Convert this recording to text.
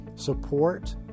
Support